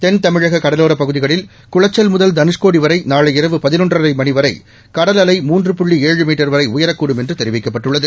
தென்தமிழக கடலோரப் பகுதிகளில் குளச்சல் முதல் தனுஷ்கோடி வரை நாளை இரவு பதினொன்றரை மணி வரை கடல் அலை மூன்று புள்ளி ஏழு மீட்டர் வரை உயரக்கூடும் என்று தெரிவிக்கப்பட்டுள்ளது